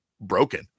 broken